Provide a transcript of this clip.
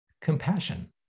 compassion